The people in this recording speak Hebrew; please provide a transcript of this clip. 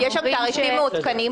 יש שם תעריפים מעודכנים.